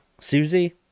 Susie